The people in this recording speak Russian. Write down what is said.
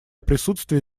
присутствие